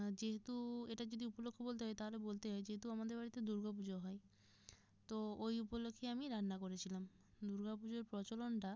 যেহেতু এটা যদি উপলক্ষ বলতে হয় তাহলে বলতেই হয় যেহেতু আমাদের বাড়িতে দুর্গা পুজো হয় তো ওই উপলক্ষে আমি রান্না করেছিলাম দুর্গা পুজোর প্রচলনটা